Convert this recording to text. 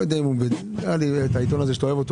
לא יודע אם זה בעיתון הזה שאתה אוהב אותו,